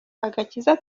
agakiza